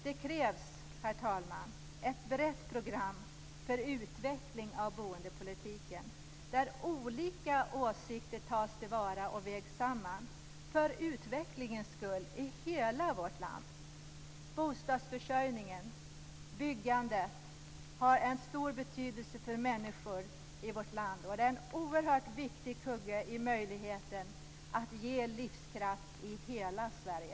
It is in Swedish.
Det krävs, herr talman, ett brett program för utveckling av boendepolitiken, där olika åsikter tas till vara och vägs samman - för utvecklingens skull i hela vårt land! Bostadsförsörjningen och byggandet har en stor betydelse för människor i vårt land, och det är en oerhört viktig kugge i möjligheten att ge livskraft i hela Sverige.